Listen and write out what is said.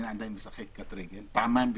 אני עדיין משחק קטרגל פעמיים בשבוע,